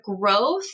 growth